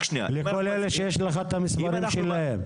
לכל אלה שיש לך את המספרים שלהם.